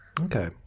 Okay